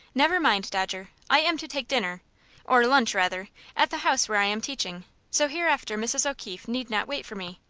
never mind, dodger. i am to take dinner or lunch, rather at the house where i am teaching so hereafter mrs. o'keefe need not wait for me.